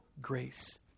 grace